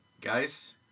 Guys